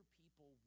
people